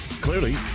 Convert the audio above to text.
clearly